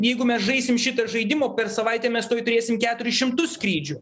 jeigu mes žaisim šitą žaidimą per savaitę mes tuoj turėsim keturis šimtus skrydžių